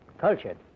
Cultured